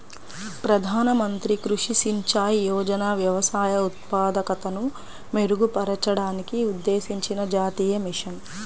ప్రధాన మంత్రి కృషి సించాయ్ యోజన వ్యవసాయ ఉత్పాదకతను మెరుగుపరచడానికి ఉద్దేశించిన జాతీయ మిషన్